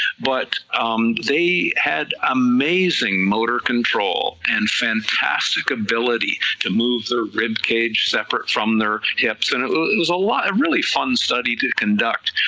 but um they had amazing motor control, and fantastic ability to move their rib cage separate from their hips, and it it was a and really fun study to conduct,